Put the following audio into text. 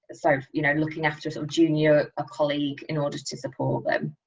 sort of you know, looking after some junior a colleague in order to support them?